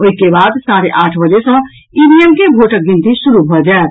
ओहि के बाद साढ़े आठ बजे सँ ईवीएम के भोटक गिनती शुरू भऽ जायत